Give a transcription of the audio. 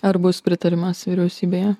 ar bus pritarimas vyriausybėje